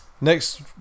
Next